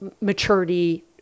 maturity